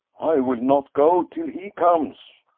i will not go till he comes!